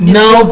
now